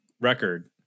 record